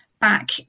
back